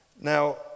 Now